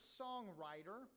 songwriter